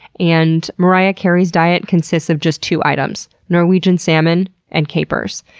and mariah carey's diet consists of just two items norwegian salmon and capers.